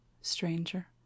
Stranger